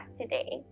today